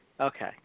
Okay